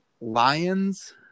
Lions